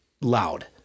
loud